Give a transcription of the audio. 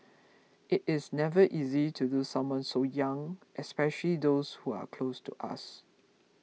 it is never easy to lose someone so young especially those who are close to us